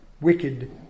wicked